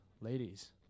ladies